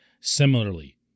similarly